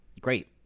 Great